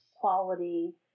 quality